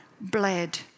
bled